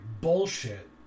bullshit